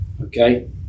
Okay